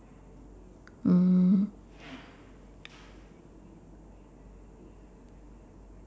mm